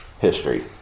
history